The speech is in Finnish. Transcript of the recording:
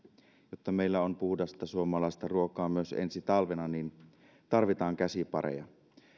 jotta meillä on puhdasta suomalaista ruokaa myös ensi talvena niin tarvitaan käsipareja